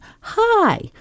Hi